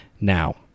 Now